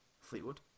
Fleetwood